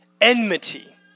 Enmity